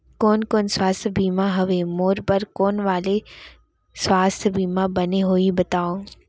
कोन कोन स्वास्थ्य बीमा हवे, मोर बर कोन वाले स्वास्थ बीमा बने होही बताव?